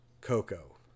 Coco